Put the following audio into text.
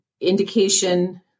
indication